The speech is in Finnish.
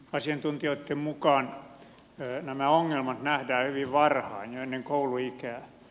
asiantuntijoitten mukaan nämä ongelmat nähdään hyvin varhain jo ennen kouluikää